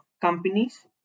companies